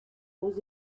aux